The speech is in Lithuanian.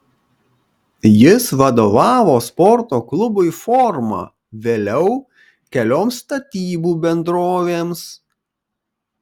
jis vadovavo sporto klubui forma vėliau kelioms statybų bendrovėms